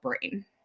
brain